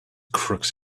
crooks